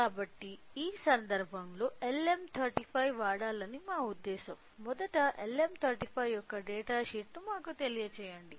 కాబట్టి ఈ సందర్భంలో LM35 వాడాలని మా ఉద్దేశం మొదట LM35 యొక్క డేటాషీట్ మాకు తెలియజేయండి